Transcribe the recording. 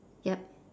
yup